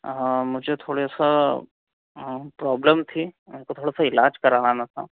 हाँ मुझे थोड़े सा प्रॉब्लम थी मेरे को थोड़ा सा इलाज करवाना था